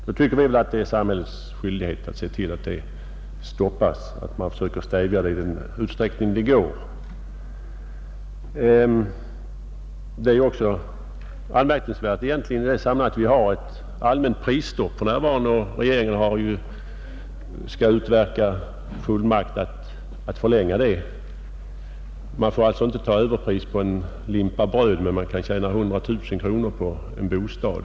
Vi tycker att det då är samhällets skyldighet att söka stävja detta i den utsträckning det är möjligt. Anmärkningsvärt i sammanhanget är att vi för närvarande har ett allmänt prisstopp, och regeringen skall ju utverka fullmakt för att kunna förlänga detta. Man får alltså inte ta överpris för en limpa bröd, men man kan tjäna 100 000 kronor på en bostad.